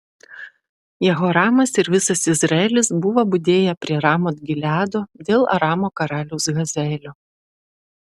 jehoramas ir visas izraelis buvo budėję prie ramot gileado dėl aramo karaliaus hazaelio